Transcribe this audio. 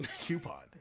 Coupon